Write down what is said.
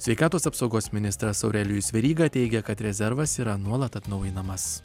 sveikatos apsaugos ministras aurelijus veryga teigė kad rezervas yra nuolat atnaujinamas